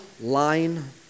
line